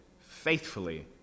Faithfully